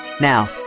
Now